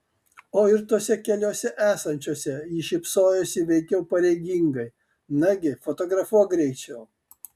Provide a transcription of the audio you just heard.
o ir tose keliose esančiose ji šypsojosi veikiau pareigingai nagi fotografuok greičiau